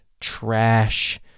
trash